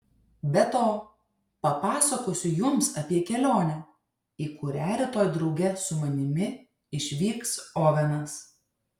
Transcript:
be to papasakosiu jums apie kelionę į kurią rytoj drauge su manimi išvyks ovenas